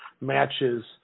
matches